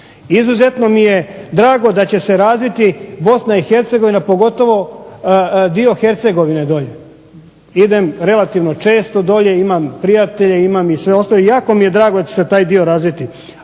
Izuzetno mi je drago da će se razviti BiH, pogotovo dio Hercegovine dolje. Idem relativno često dolje, imam prijatelje, imam i sve ostalo i jako mi je drago da će se taj dio razviti.